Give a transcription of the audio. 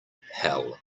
hell